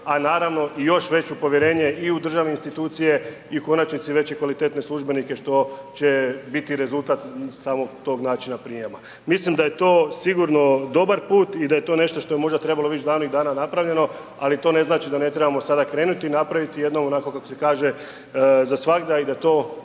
a naravno i još veće povjerenje i u državne institucije i u konačnici veće i kvalitetne službenike što će biti rezultat samog tog načina prijma. Mislim da je to sigurno dobar put i da je to nešto što je možda trebalo već davnih dana napravljeno, ali to ne znači da ne trebamo sada krenuti i napraviti jedno onako kako se kaže za svagda i da to